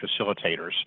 facilitators